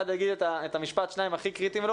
יאמר את המשפט או שני משפטים הכי קריטיים.